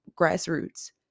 grassroots